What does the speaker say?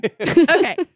Okay